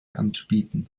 anzubieten